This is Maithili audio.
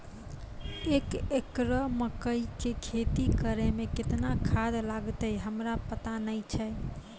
एक एकरऽ मकई के खेती करै मे केतना खाद लागतै हमरा पता नैय छै?